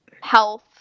health